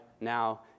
now